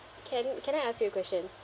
can can I ask you a question